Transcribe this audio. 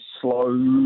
slow